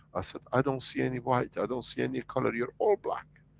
i said, i don't see any white, i don't see any color, you're all black.